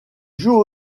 jouent